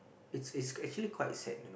it's it's actually quite sad